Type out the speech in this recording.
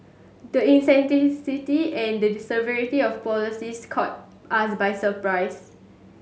the and the severity of the policies caught us by surprise